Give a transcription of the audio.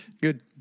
Good